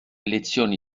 lezioni